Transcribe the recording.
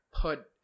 put